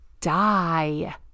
die